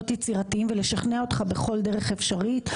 יצירתיים ולשכנע אותך בכל דרך אפשרית.